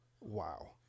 Wow